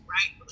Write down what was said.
Right